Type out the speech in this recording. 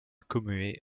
commuée